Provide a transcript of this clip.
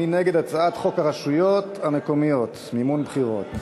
מי נגד הצעת חוק הרשויות המקומיות (מימון בחירות)